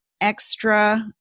extra